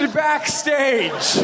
backstage